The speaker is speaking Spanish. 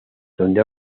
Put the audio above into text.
donde